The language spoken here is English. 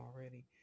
already